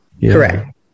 Correct